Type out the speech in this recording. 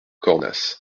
cornas